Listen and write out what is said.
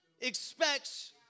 expects